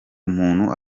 umuntu